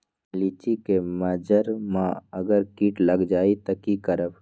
लिचि क मजर म अगर किट लग जाई त की करब?